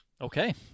Okay